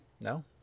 No